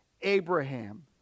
Abraham